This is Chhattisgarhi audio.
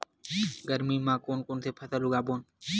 गरमी मा कोन कौन से फसल उगाबोन?